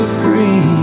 free